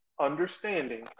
understanding